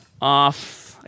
off